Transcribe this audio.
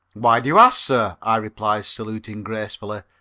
why do you ask, sir? i replied, saluting gracefully.